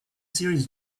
series